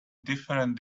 different